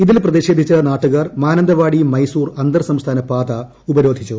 ഇതിൽ പ്രതിഷേധിച്ച് നാട്ടുകാർ മാനന്തവാടി മൈസൂർ അന്തർ സംസ്ഥാന പാത ഉപരോധിച്ചു